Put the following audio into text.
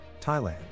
Thailand